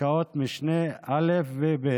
פסקאות משנה (א) ו-(ב)